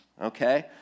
okay